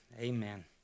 amen